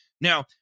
Now